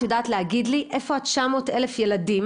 יודעת להגיד לי איפה ה-900 אלף ילדים